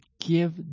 give